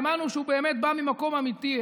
האמנו שהוא באמת בא ממקום אמיתי,